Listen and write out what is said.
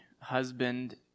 husband